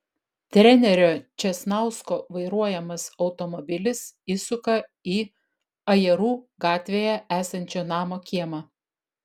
trenerio česnausko vairuojamas automobilis įsuka į ajerų gatvėje esančio namo kiemą